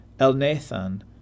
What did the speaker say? Elnathan